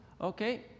Okay